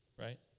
Right